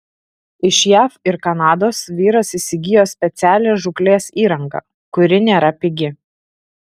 iš jav ir kanados vyras įsigijo specialią žūklės įrangą kuri nėra pigi